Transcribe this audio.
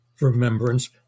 remembrance